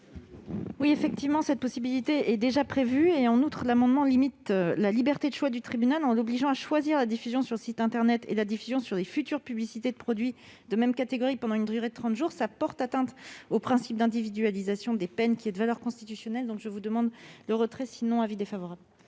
? Effectivement, une telle possibilité est déjà prévue. En outre, l'amendement limite la liberté de choix du tribunal, en l'obligeant à choisir la diffusion sur le site internet et la diffusion sur les futures publicités de produits de même catégorie pendant une durée de trente jours, ce qui porte atteinte au principe d'individualisation des peines, qui est de valeur constitutionnelle. Par conséquent, je demande le retrait de cet amendement